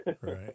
Right